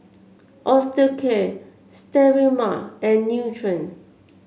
Osteocare Sterimar and Nutren